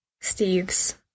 Steve's